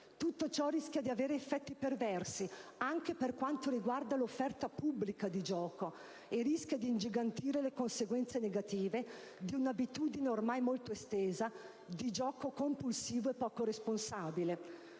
Tutto ciò rischia di avere effetti perversi anche per quanto riguarda l'offerta pubblica di gioco e rischia di ingigantire le conseguenze negative di un'abitudine ormai molto estesa di gioco compulsivo e poco responsabile.